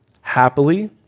happily